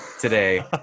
today